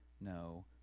No